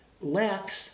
lacks